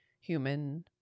human